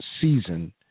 season